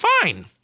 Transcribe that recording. fine